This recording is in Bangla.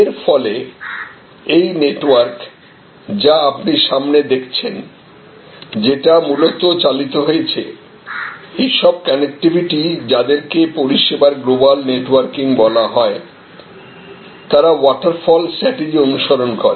এর ফলে এই নেটওয়ার্ক যা আপনি সামনে দেখছেন সেটা মূলত চালিত হয়েছে এইসব কানেক্টিভিটি যাদের কে পরিষেবার গ্লোবাল নেটওয়ার্কিং বলা হয় তারা ওয়াটারফল স্ট্রাটেজি অনুসরণ করে